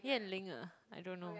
Yan Ling uh I don't know